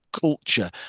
culture